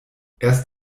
erst